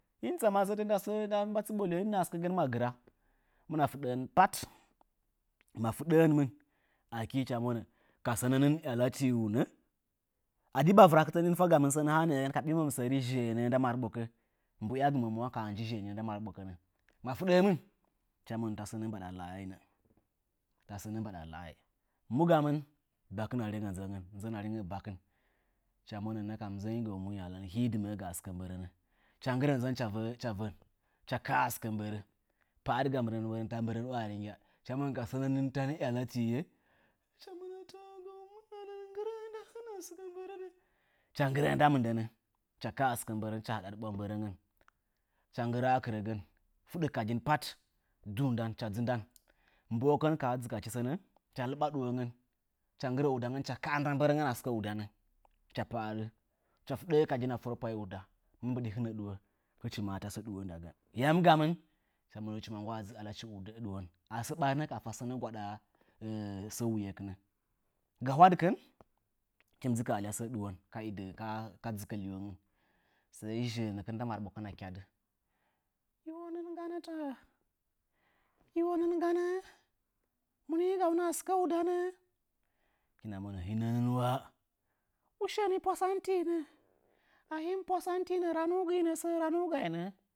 Hɨm tsəmə səə nɗə tsuɓo lɨwo nɨnggəə sɨkəgən məgɨrə hɨmɨnə fɨɗəən pət, məfɨɗəən mɨn hɨchə monə kəsənənɨn yələtɨyu nə əɗɨ ɓəwɨrəkɨtə nɨn njɨməm kə ɓɨ məm sər zhəənətə nɗə mərɨɓokətə, mə fɨɗəmɨn lɨtchə monə tə sənə mɓəɗə lə əɨ, muɨgəmɨn, ɓəkɨnə rengo nzəngən, nzənərengə ɓəkɨn, ɓəkɨnə monənnəkəm nzəngəjɨ gəw mungyələn hɨɗɨməəgə ə sɨkə mɓərə nə, hɨchə nggɨmə nzən hochɨ kəə ə sɨkə mɓərənə, hərgu nəəgən tə mɓərəm uyə rɨngyəə, hɨchə monə təsənənɨn tom yələtɨye, hɨchə monə gəumungyələn wə, nggɨrəə nɗə hɨmə səkə mɓərənə, hɨche nggɨrə nɗə mɨnɗənə nɗə mɨnɗənə hɨchə kəə əsɨkə mɓərə hɨchə həɗɨ ɓwə mɓərəngən, hɨchə nggɨrəə kɨrəgən, fɨɗəəu kəɗɨn pət hɨche nggɨrəə kɨregən, mɓoəkən kə hə ɗzɨkəchɨ sənə hɨchə lɨɓə ɗɨwongən hɨchə nggɨrə uɗəngən chə kə'ə nɗə mɓorongonə sɨk uɗənə hɨchə pəəɗɨ chə fɨɗəə kəɗɨnə furə uɗənə mumɓɨɗɨ, hɨnə ɗɨwo, hɨchɨ məə tə ɗɨwo nɗəgən yəm gəmɨn, hɨchɨ monə hɨchɨ mə nggwə ə ɗzɨchɨ yələchɨ ɗɨwon, əsə ɓərɨnə kə fətɨn kɨn səə gwəɗə sə wuyekɨnə gəhwəɗɨ kɨn hɨnɗɨn kə əlyə ɗɨwon kə ɗzɨkə kə ɗzɨkə lɨwongon, ɨzhəənɨkɨn nɗə mərɨɓokən. shəɗɨ, ɨwonɨn gomə tə ɨwonɨn gənə, hɨkɨnə monə hɨnə nɨn wə ushenɨ pwəsən tɨnə, əhɨm pwəsəntɨ nə rənugɨɨ nə səə rəmgəɨnə.